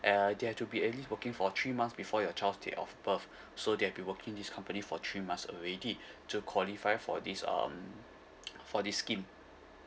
uh they have to be at least working for three months before your child's day of birth so they'll be working this company for three months already to qualify for this um for this scheme